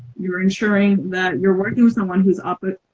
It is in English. you're ensuring that you're working with someone, who's up,